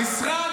המשרד